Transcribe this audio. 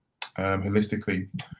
holistically